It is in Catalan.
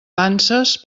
panses